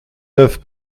neuf